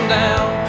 down